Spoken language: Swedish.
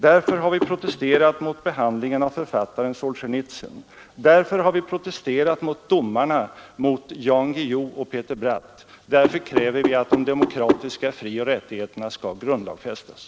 Därför har vi protesterat mot behandlingen av författaren Solzjenitsyn, därför har vi protesterat mot domarna mot Jan Guillou och Peter Bratt och därför kräver vi att de demokratiska frioch rättigheterna skall grundlagfästas.